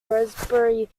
rosebery